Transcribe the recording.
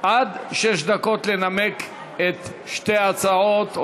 עד שש דקות לנמק את שתי ההצעות,